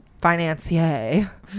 financier